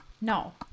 No